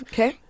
Okay